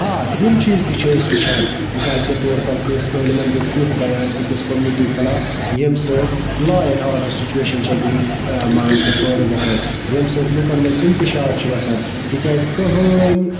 آ تِم چیٖز تہِ چھِ أسۍ وٕچھان مِثال کے طور پَر کٲنٛسہِ عٲلمَن دیُت تیُتھ بَان أکِس کوٚمنِٹی خلاف ییٚمہِ سۭتۍ لا اینڈ آرڈَر سُچویشَن چھِ گٔے مان ژٕ پٲدٕ گَژھان ییٚمہِ سۭتۍ لُکَن منٛز اِنتِشار چھُ وَسان تِکیازِ کٕہۭنۍ